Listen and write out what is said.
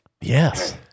Yes